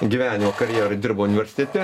gyvenimo karjerą dirbau universitete